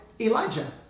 Elijah